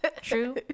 True